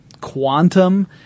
quantum